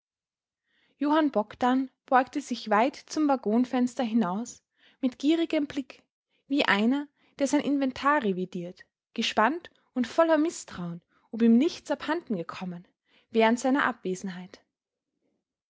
johann bogdn beugte sich weit zum waggonfenster hinaus mit gierigem blick wie einer der sein inventar revidiert gespannt und voller mißtrauen ob ihm nichts abhanden gekommen während seiner abwesenheit